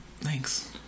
Thanks